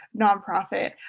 nonprofit